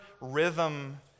rhythm